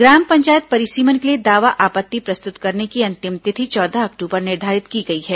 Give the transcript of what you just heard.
ग्राम पंचायत परिसीमन के लिए दावा आपत्ति प्रस्तुत करने की अंतिम तिथि चौदह अक्टूबर निर्धारित की गई है